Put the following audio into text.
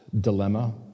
dilemma